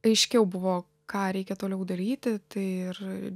aiškiau buvo ką reikia toliau daryti tai ir